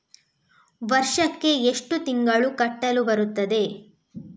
ವರ್ಷಕ್ಕೆ ಎಷ್ಟು ತಿಂಗಳು ಕಟ್ಟಲು ಬರುತ್ತದೆ?